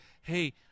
Hey